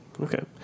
Okay